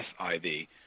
SIV